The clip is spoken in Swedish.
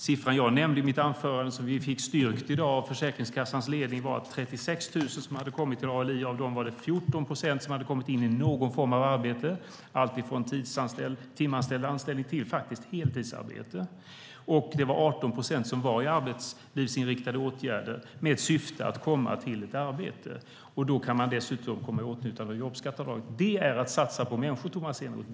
Siffran som jag nämnde i mitt anförande och som vi fick styrkt i dag av Försäkringskassans ledning var att av de 36 000 som kommit till ALI hade 14 procent kommit in i någon form av arbete, allt från timanställning till heltidsarbete. Det var 18 procent som var i arbetslivsinriktade åtgärder med syfte att komma till ett arbete. Då kan man dessutom komma i åtnjutande av jobbskatteavdraget. Det är att satsa på människor, Tomas Eneroth.